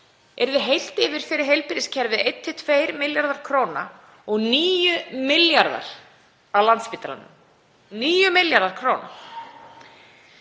yrði heilt yfir fyrir heilbrigðiskerfið 1–2 milljarðar kr. og 9 milljarðar á Landspítalanum, 9 milljarðar kr.